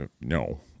no